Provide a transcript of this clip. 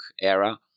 era